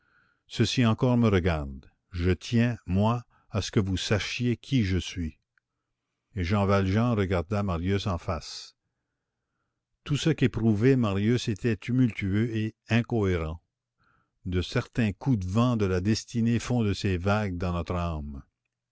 ceci encore me regarde je tiens moi à ce que vous sachiez qui je suis et jean valjean regarda marius en face tout ce qu'éprouvait marius était tumultueux et incohérent de certains coups de vent de la destinée font de ces vagues dans notre âme